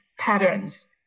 Patterns